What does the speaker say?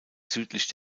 südlich